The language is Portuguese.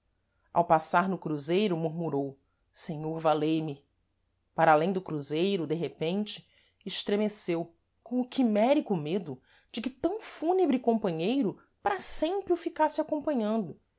ao passar no cruzeiro murmurou senhor valei me para alêm do cruzeiro de repente estremeceu com o quimérico medo de que tam fúnebre companheiro para sempre o ficasse acompanhando